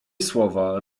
słowa